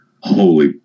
holy